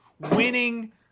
winning